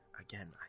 again